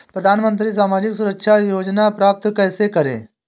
प्रधानमंत्री सामाजिक सुरक्षा योजना प्राप्त कैसे करें?